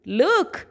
look